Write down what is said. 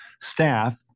staff